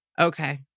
Okay